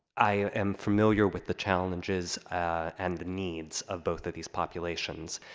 i am familiar with the challenges and the needs of both of these populations.